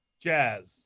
Jazz